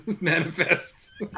manifests